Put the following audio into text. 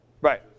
Right